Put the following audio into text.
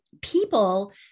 people